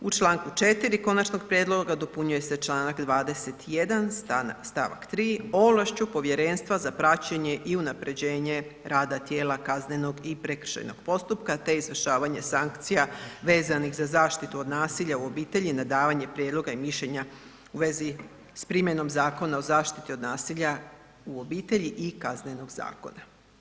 U čl. 4. konačnog prijedloga dopunjuje se čl. 21. st. 3. ovlašću Povjerenstva za praćenje i unapređenje rada tijela kaznenog i prekršajnog postupka te izvršavanje sankcija vezanih za zaštitu od nasilja u obitelji na davanje prijedloga i mišljenja u vezi s primjenom Zakona o zaštiti od nasilja u obitelji i Kaznenog zakona.